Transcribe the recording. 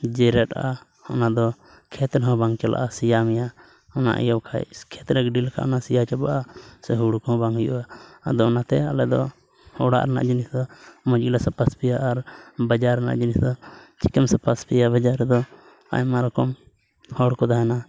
ᱡᱮᱨᱮᱫᱟᱜᱼᱟ ᱚᱱᱟᱫᱚ ᱠᱷᱮᱛ ᱨᱮᱦᱚᱸ ᱵᱟᱝ ᱪᱟᱞᱟᱜᱼᱟ ᱥᱮᱭᱟ ᱢᱮᱭᱟ ᱚᱱᱟ ᱤᱭᱟᱹ ᱵᱟᱠᱷᱟᱡ ᱠᱷᱮᱛ ᱨᱮ ᱜᱤᱰᱤ ᱞᱮᱠᱷᱟᱱ ᱚᱱᱟ ᱥᱮᱭᱟ ᱪᱟᱵᱟᱜᱼᱟ ᱥᱮ ᱦᱳᱲᱳ ᱠᱚᱦᱚᱸ ᱵᱟᱝ ᱦᱩᱭᱩᱜᱼᱟ ᱟᱫᱚ ᱚᱱᱟᱛᱮ ᱟᱞᱮᱫᱚ ᱚᱲᱟᱜ ᱨᱮᱱᱟᱜ ᱡᱤᱱᱤᱥ ᱠᱚᱫᱚ ᱢᱚᱡᱽ ᱜᱮᱞᱮ ᱥᱟᱯᱷᱟ ᱥᱟᱹᱯᱷᱤᱭᱟ ᱟᱨ ᱵᱟᱡᱟᱨ ᱨᱮᱱᱟᱜ ᱡᱤᱱᱤᱥ ᱫᱚ ᱪᱤᱠᱟᱹᱢ ᱥᱟᱯᱷᱟ ᱥᱟᱹᱯᱷᱤᱭᱟ ᱵᱟᱡᱟᱨ ᱨᱮᱫᱚ ᱟᱭᱢᱟ ᱨᱚᱠᱚᱢ ᱦᱚᱲ ᱠᱚ ᱛᱟᱦᱮᱱᱟ